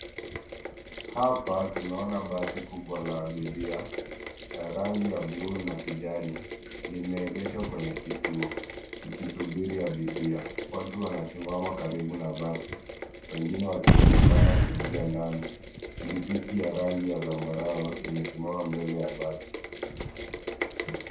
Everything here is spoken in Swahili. Hapa tunaona basi kubwa la abiria ya rangi ya buluu na kijani, limeegeshwa kwenye kituo likisubiri abiria. Watu wanasimama karibu na basi, wengine wakionekana kuingia ndani, pikipiki ya rangi ya zambarau imesimama mbele ya basi.